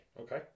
Okay